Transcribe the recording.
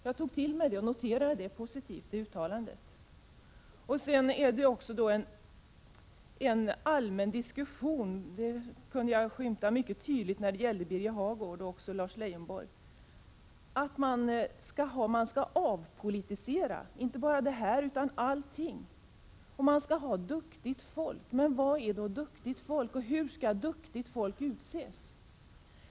Jag tog till mig detta uttalande och noterade det som positivt. Det förs en allmän diskussion om att avpolitisera inte bara det här området utan allting. Det framskymtade mycket tydligt i Birger Hagårds och Lars Leijonborgs anföranden. Man skall ha duktigt folk. Jag frågar mig vad som menas med duktigt folk och hur duktigt folk skall utses.